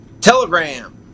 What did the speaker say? Telegram